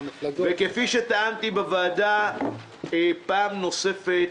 כפי שטענתי בוועדה פעם נוספת,